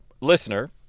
listener